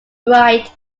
bright